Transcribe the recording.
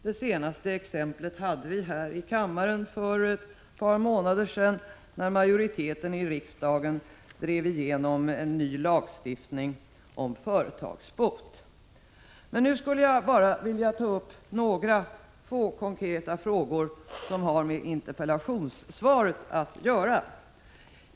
Det senaste exemplet fick vi här i kammaren för ett par månader sedan, när majoriteten i riksdagen drev igenom en ny lagstiftning om företagsbot. Nu skulle jag emellertid bara vilja ta upp några få konkreta frågor som har med interpellationssvaret att göra.